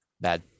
bad